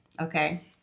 Okay